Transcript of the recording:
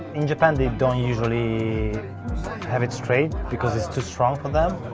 in japan they don't usually have it straight because it's too strong for them.